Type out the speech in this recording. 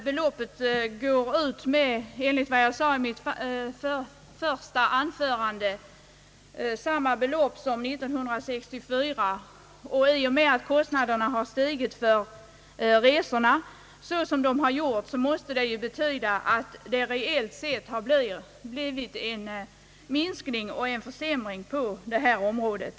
Herr talman! Som jag sade i mitt första anförande utgår nu samma belopp som år 1964. Eftersom resekostnaderna har stigit som de gjort betyder det reellt sett en minskning och försämring av bidraget.